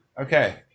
Okay